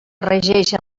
regeixen